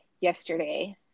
yesterday